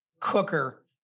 cooker